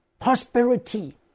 prosperity